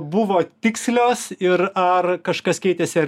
buvo tikslios ir ar kažkas keitėsi ar